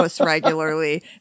regularly